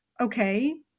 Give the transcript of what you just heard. Okay